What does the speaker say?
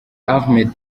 ahmed